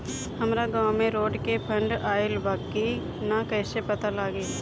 हमरा गांव मे रोड के फन्ड आइल बा कि ना कैसे पता लागि?